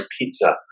pizza